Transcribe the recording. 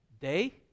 day